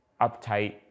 uptight